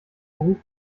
beruf